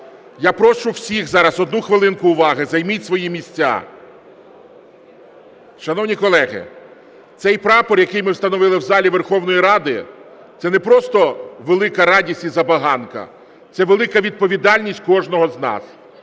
я прошу всіх зараз одну хвилинку уваги. Займіть свої місця. Шановні колеги, цей прапор, який ми встановили в залі Верховної Ради, це не просто велика радість і забаганка, це велика відповідальність кожного з нас.